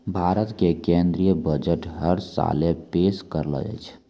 भारत के केन्द्रीय बजट हर साले पेश करलो जाय छै